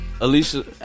Alicia